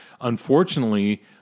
Unfortunately